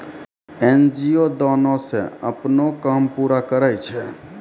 NGO दानो से अपनो काम पूरा करै छै